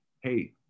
hey